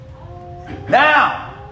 Now